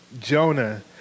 Jonah